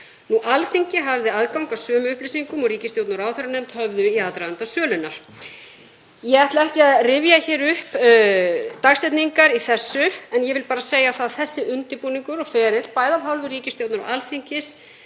Alþingi hafði aðgang að sömu upplýsingum og ríkisstjórn og ráðherranefnd höfðu í aðdraganda sölunnar. Ég ætla ekki að rifja hér upp dagsetningar í þessu en ég vil bara segja að þessi undirbúningur og ferill, bæði af hálfu ríkisstjórnar og Alþingis,